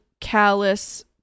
callous